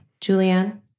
Julianne